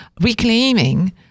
reclaiming